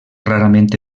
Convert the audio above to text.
rarament